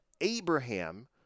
Abraham